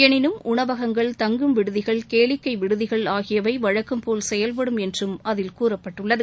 எனினும் உணவகங்கள் தங்கும் விடுதிகள் கேளிக்கை விடுதிகள் ஆகியவை வழக்கம்போல் செயல்படும் என்றும் அதில் கூறப்பட்டுள்ளது